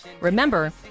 Remember